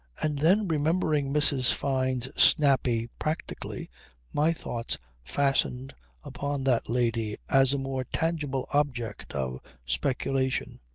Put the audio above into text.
and then remembering mrs. fyne's snappy practically my thoughts fastened upon that lady as a more tangible object of speculation.